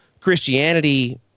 Christianity